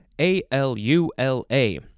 A-L-U-L-A